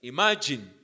Imagine